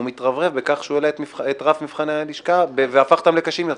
ומתרברב בכך שהוא העלה את רף מבחני הלשכה והפך אותם לקשים יותר?